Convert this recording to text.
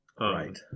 Right